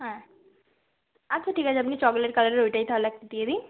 হ্যাঁ আচ্ছা ঠিক আছে আপনি চকোলেট কালারের ওইটাই তাহলে একটা দিয়ে দিন